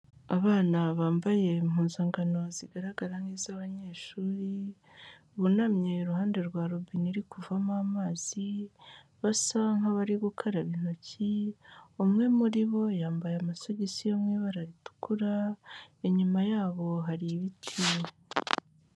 Abana bambaye impuzangano zigaragara nk'iz'abanyeshuri, bunamye iruhande rwa robina iri kuvamo amazi, basa nk'abari gukaraba intoki, umwe muri bo yambaye amasogisi yo mu ibara ritukura, inyuma yabo hari ibiti.